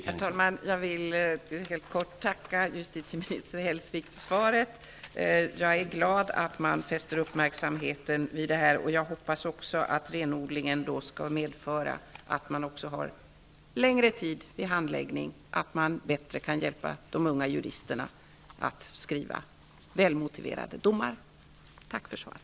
Herr talman! Jag vill helt kort tacka justitieminister Hellsvik för svaret. Jag är glad att man fäster uppmärksamheten vid detta. Jag hoppas också att renodlingen skall medföra att ,att får längre tid vid handläggning, så att man bättre kan hjälpa de unga jusristerna att skriva välmotiverade domar. Tack för svaret.